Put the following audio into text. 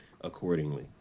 accordingly